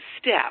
step